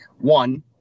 One